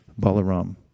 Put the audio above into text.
Balaram